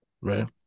Right